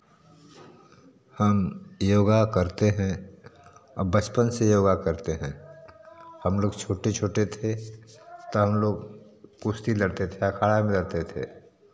हम योग करते हैं बचपन से योग करते हैं हम लोग छोटे छोटे थे त हम लोग कुश्ती लड़ते थे अखाड़ा में लड़ते थे